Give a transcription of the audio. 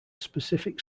specific